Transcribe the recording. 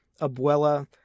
Abuela